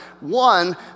one